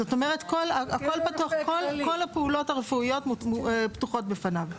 זאת אומרת כל הפעולות הרפואיות פתוחות בפניו.